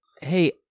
Hey